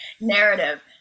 narrative